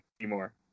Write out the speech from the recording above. anymore